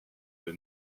les